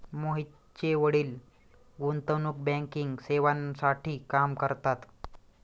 मोहितचे वडील गुंतवणूक बँकिंग सेवांसाठी काम करतात